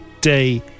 day